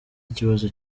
ikibazo